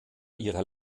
ihrer